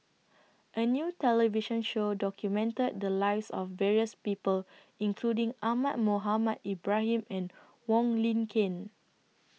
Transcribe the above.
A New television Show documented The Lives of various People including Ahmad Mohamed Ibrahim and Wong Lin Ken